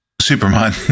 Superman